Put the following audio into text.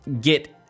get